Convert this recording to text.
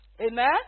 Amen